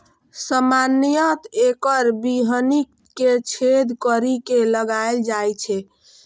सामान्यतः एकर बीहनि कें छेद करि के लगाएल जाइ छै